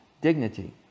dignity